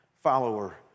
follower